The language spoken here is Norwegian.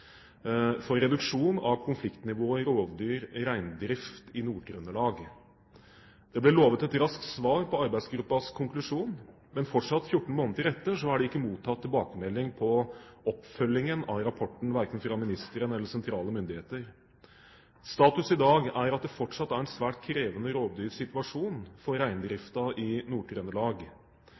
for reduksjon av konfliktnivået rovdyr–reindrift i Nord-Trøndelag. Det ble lovet et raskt svar på arbeidsgruppas konklusjon. Fortsatt, 14 måneder etter, er det ikke mottatt tilbakemelding på oppfølgingen av rapporten, hverken fra statsråden eller sentrale myndigheter. Status i dag er at det fortsatt er en svært krevende rovdyrsituasjon for reindrifta i